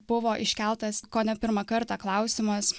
buvo iškeltas kone pirmą kartą klausimas